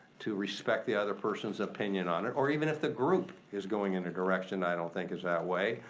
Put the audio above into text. to respect the other person's opinion on it, or even if the group is going in a direction i don't think is that way.